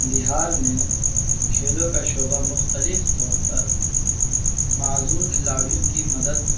بہار میں کھیلوں کا شعبہ مختلف طور پر معذور کھلاڑیوں کی مدد